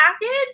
package